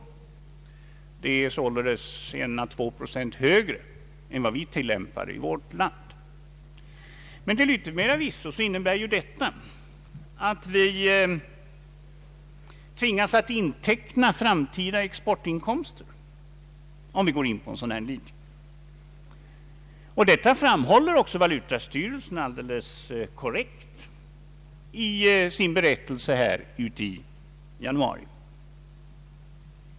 Det är således 1 å 2 procent högre än vad vi tillämpar i vårt land. Till yttermera visso innebär detta att vi tvingas inteckna framtida exportinkomster. Detta framhåller också valutastyrelsen alldeles korrekt i sin berättelse i januari.